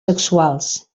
sexuals